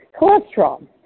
Cholesterol